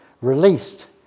released